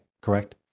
correct